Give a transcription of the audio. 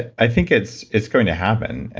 i think it's it's going to happen,